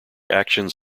actions